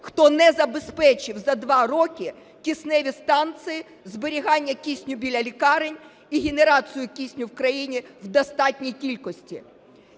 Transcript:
хто не забезпечив за два роки кисневі станції, зберігання кисню біля лікарень і генерацію кисню в країні в достатній кількості.